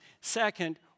Second